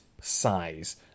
size